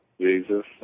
Jesus